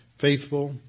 faithful